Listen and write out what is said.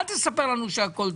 אל תספר לנו שהכל טוב.